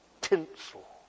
tinsel